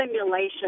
simulation